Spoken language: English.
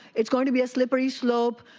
it's going to be a slippery slope,